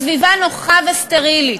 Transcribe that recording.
בסביבה נוחה וסטרילית,